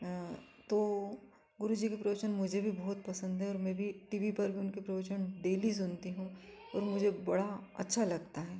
तो गुरुजी के प्रवचन मुझे भी बहुत पसंद है मैं भी टी वी पर उनके प्रवचन डेली सुनती हूँ मुझे बड़ा अच्छा लगता है